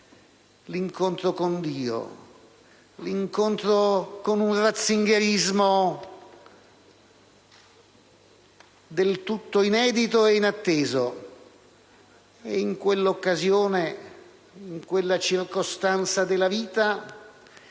l'incontro con Dio, l'incontro con un ratzingerismo del tutto inedito e inatteso. E in quell'occasione, in quella circostanza della vita,